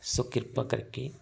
ਸੋ ਕਿਰਪਾ ਕਰਕੇ